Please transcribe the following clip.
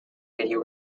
video